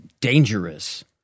dangerous